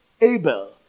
Abel